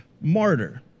martyr